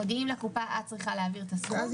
מודיעים לקופה שהיא צריכה להעביר את הסכום,